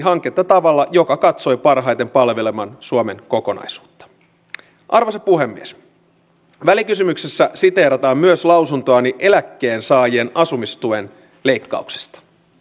loppuun haluan ehkä sanoa sanasen tähän maahantulokeskusteluun ja maahanmuuttokeskusteluun ja rasismikeskusteluun turvallisuuskeskusteluun jota täällä salissa on käyty